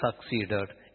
succeeded